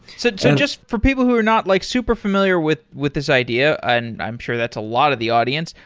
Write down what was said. so so and jus t for people who are not like super fami liar with with this idea, and i'm sure that's a lot of the audience.